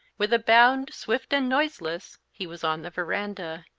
with a bound, swift and noiseless, he was on the veranda,